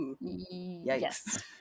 yes